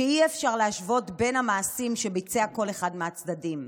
שאי-אפשר להשוות בין המעשים שביצע כל אחד מהצדדים.